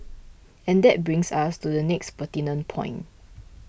and that brings us to the next pertinent point